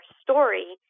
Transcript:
story